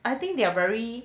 I think they are very